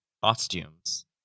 costumes